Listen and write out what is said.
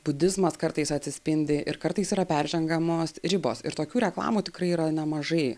budizmas kartais atsispindi ir kartais yra peržengiamos ribos ir tokių reklamų tikrai yra nemažai